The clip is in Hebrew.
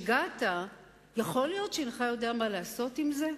ומשהגעת, יכול להיות שאינך יודע מה לעשות עם זה?